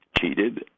cheated